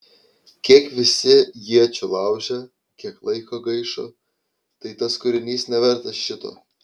kiek visi iečių laužė kiek laiko gaišo tai tas kūrinys nevertas šito